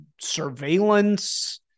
surveillance